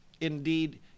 Indeed